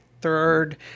third